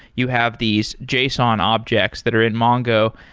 you have these json objects that are in mongo,